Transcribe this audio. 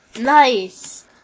Nice